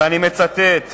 ואני מצטט מדבריהם: